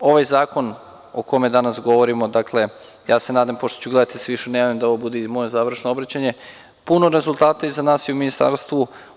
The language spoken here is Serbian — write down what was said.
Ovaj zakona o kome danas govorimo, dakle, nadam se, pošto ću gledati da se više ne javljam, da ovo bude i moje završno obraćanje, puno rezultata je iza nas i u Ministarstvu.